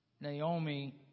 Naomi